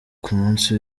kumunsi